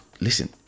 listen